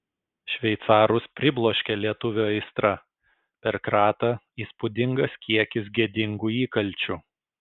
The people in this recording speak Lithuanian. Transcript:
šveicarus pribloškė lietuvio aistra per kratą įspūdingas kiekis gėdingų įkalčių